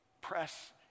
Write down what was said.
Press